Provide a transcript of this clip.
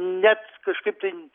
net kažkaip tai